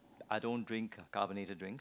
I don't drink carbonated drinks